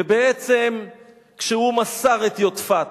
ובעצם כשהוא מסר את יודפת,